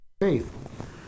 faith